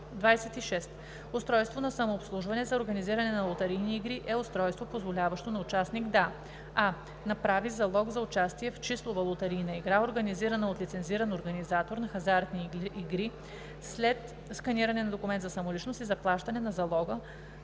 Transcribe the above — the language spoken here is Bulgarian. „26. „Устройство на самообслужване за организиране на лотарийни игри“ е устройство, позволяващо на участник да: а) направи залог за участие в числова лотарийна игра, организирана от лицензиран организатор на хазартни игри след сканиране на документ за самоличност и заплащане на залога